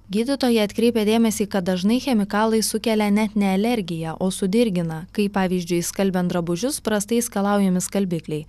gydytoja atkreipia dėmesį kad dažnai chemikalai sukelia net ne alergiją o sudirgina kaip pavyzdžiui skalbiant drabužius prastai skalaujami skalbikliai